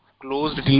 closed